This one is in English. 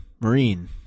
Marine